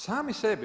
Sami sebi.